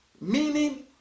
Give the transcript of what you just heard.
meaning